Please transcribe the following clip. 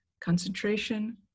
concentration